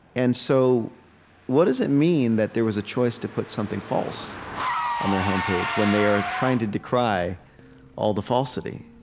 and so what does it mean that there was a choice to put something false on their homepage when they are trying to decry all the falsity?